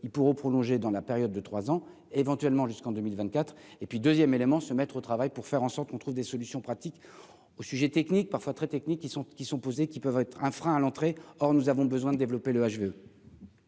ils pourront prolonger dans la période de 3 ans, éventuellement jusqu'en 2024 et puis 2ème élément se mettre au travail pour faire en sorte qu'on trouve des solutions pratiques au sujets techniques parfois très techniques qui sont, qui sont posés, qui peuvent être un frein à l'entrée, or nous avons besoin de développer le